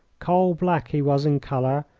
coal black he was in colour,